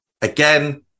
Again